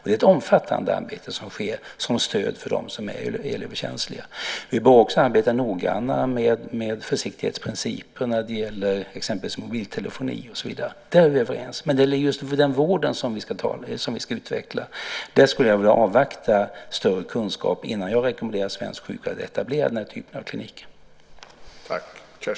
Det sker ett omfattande stödarbete för dem som är elöverkänsliga. Vi bör också arbeta noggrannare med försiktighetsprincipen när det gäller exempelvis mobiltelefoni. Där är vi överens. Men när det gäller att utveckla vården skulle jag vilja avvakta större kunskap innan jag rekommenderar svensk sjukvård att etablera den typen av kliniker som nämnts.